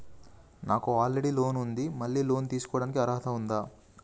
నాకు already loan ఉండి మళ్ళీ లోన్ తీసుకోవడానికి అర్హత ఉందా?